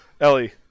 Ellie